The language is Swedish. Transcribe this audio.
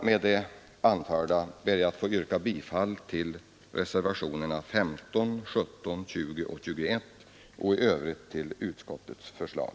Med det anförda ber jag att få yrka bifall till reservationerna 15, 17, 20 och 21. I övrigt yrkar jag bifall till utskottets hemställan.